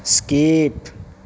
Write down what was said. skip